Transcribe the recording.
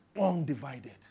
Undivided